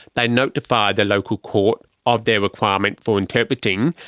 they notify the local court of their requirement for interpreting,